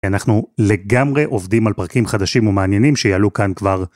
אנחנו לגמרי עובדים על פרקים חדשים ומעניינים שיעלו כאן כבר.